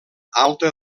alta